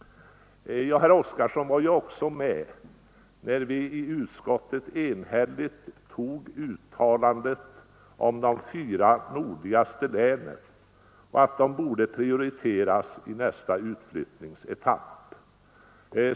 Herr Oskarson var ju också med när vi i utskottet enhälligt antog uttalandet att de fyra nordligaste länen borde prioriteras i nästa utflyttningsetapp.